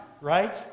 right